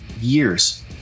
years